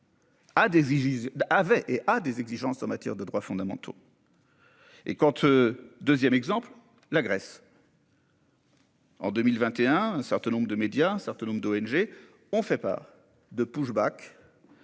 avait et a des exigences en matière de droits fondamentaux. Et quand tu. 2ème exemple la Grèce. En 2021, un certain nombre de médias, un certain nombre d'ONG ont fait part de push Back.